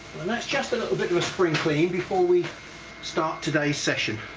that's just a little bit of a spring clean before we start today's session.